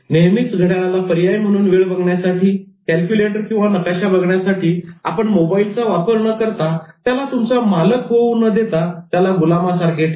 नेहमीच घड्याळाला पर्याय म्हणून वेळ बघण्यासाठी कॅल्क्युलेटर किंवा नकाशा बघण्यासाठी आपण मोबाईलचा वापर न करता त्याला तुमचा मालक होऊ न देता त्याला गुलामासारखे ठेवा